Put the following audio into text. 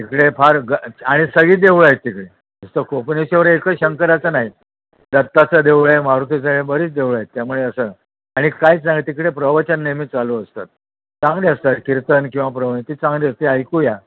तिकडे फार ग आणि सगळी देवळं आहेत तिकडे जसं कोपिनेश्वर एक शंकराचं नाही दत्ताचं देऊळ आहे मारुतीचं आहे बरीच देवळं आहे त्यामुळे असं आणि काहीच नाही तिकडे प्रवचन नेहमी चालू असतात चांगले असतात कीर्तन किंवा प्रवचन ती चांगली असतात ती ऐकूया